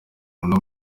muntu